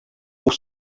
pour